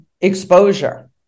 exposure